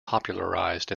popularised